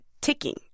ticking